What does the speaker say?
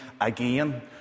again